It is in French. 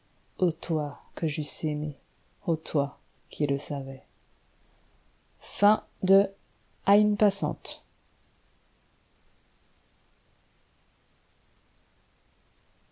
toi que j'eusse aimée ô toi qui le savais